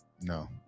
No